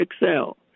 excel